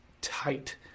tight